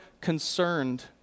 concerned